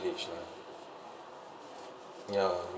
lah ya